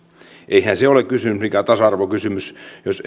eihän se ole mikään tasa arvokysymys jos